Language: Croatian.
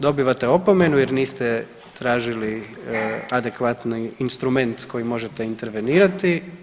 Dobivate opomenu jer niste tražili adekvatni instrument s kojim možete intervenirati.